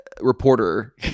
reporter